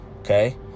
okay